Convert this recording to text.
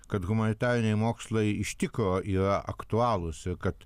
kad humanitariniai mokslai iš tikro yra aktualūs ir kad